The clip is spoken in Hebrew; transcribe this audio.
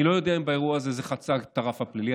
אני לא יודע אם באירוע הזה זה נחצה הרף הפלילי,